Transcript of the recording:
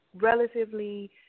relatively